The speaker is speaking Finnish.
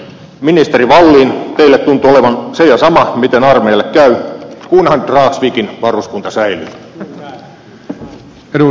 ministeri wallin teille tuntuu olevan se ja sama miten armeijalle käy kunhan dragsvikin varuskunta säilyy